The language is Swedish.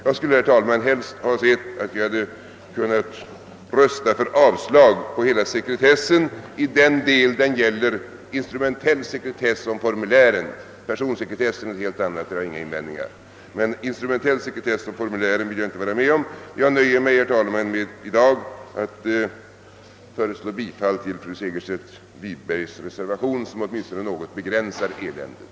Jag skulle, herr talman, helst ha sett att vi hade kunnat rösta för avslag på hela sekretessförslaget i den del det gäller instrumentell sekretess om formulären; personsekretess är något helt annat, och mot den har jag inga invändningar. Instrumentell sekretess om formulären vill jag emellertid inte vara med om. Jag nöjer mig, herr talman, i dag med att föreslå bifall till fru Segerstedt Wibergs reservation, som åtminstone något begränsar eländet.